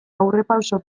aurrerapauso